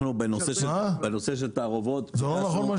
זה לא נכון?